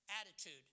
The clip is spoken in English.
attitude